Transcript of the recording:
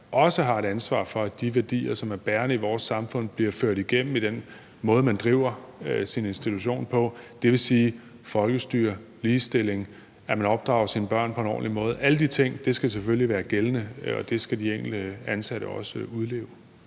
også har et ansvar for, at de værdier, som er bærende i vores samfund, bliver ført igennem i den måde, man driver sin institution på, dvs. folkestyre, ligestilling og det, at man opdrager sine børn på en ordentlig måde. Alle de ting skal selvfølgelig være gældende, og det skal de enkelte ansatte også udleve.